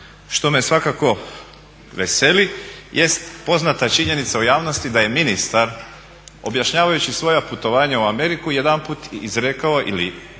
što me svakako veseli jest poznata činjenica u javnosti da je ministar objašnjavajući svoja putovanja u Ameriku jedanput izrekao ili